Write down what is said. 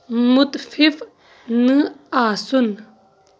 مُتفِف نہَ آسُن